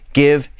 give